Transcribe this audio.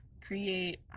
create